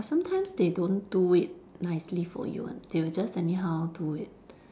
but sometimes they don't do it nicely for you [one] they will just anyhow do it